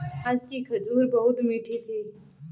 आज की खजूर बहुत मीठी थी